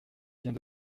vient